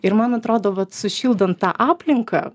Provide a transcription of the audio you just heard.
ir man atrodo vat sušildant tą aplinką